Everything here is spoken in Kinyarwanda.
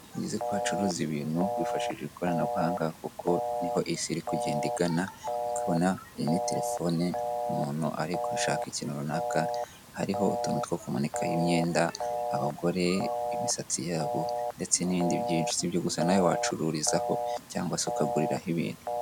Bivuze ko bacuruza ibintu bifashishije ikoranabuhanga kuko niho isi iri kugenda igana ukabona muri terefone umuntu ari gushaka ikintu runaka hariho utuntu two kumanikaho imyenda abagore imisatsi yabo ndetse n'ibindi, sibyo gusa nawe wacururizaho cyangwa se ukaguriraho ibintu.